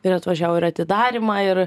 ir atvažiavo ir į atidarymą ir